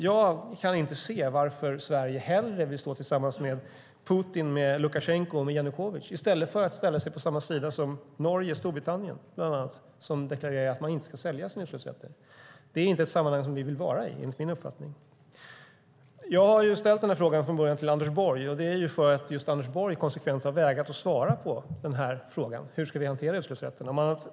Jag kan inte se varför Sverige hellre vill stå tillsammans med Putin, Lukasjenko och Janukovitj än att ställa sig på samma sida som bland annat Norge och Storbritannien som deklarerar att man inte ska sälja sina utsläppsrätter. Det är inte ett sammanhang som vi vill vara i, enligt min uppfattning. Jag har från början ställt interpellationen till Anders Borg just för att Anders Borg konsekvent har vägrat att svara på frågan hur vi ska hantera utsläppsrätterna.